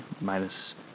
minus